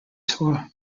tour